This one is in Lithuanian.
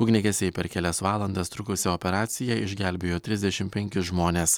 ugniagesiai per kelias valandas trukusią operaciją išgelbėjo trisdešim penkis žmones